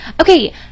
Okay